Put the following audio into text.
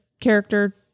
character